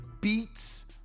beats